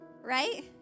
right